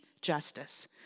justice